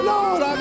Lord